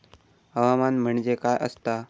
हवामान म्हणजे काय असता?